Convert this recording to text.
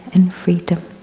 and freedom.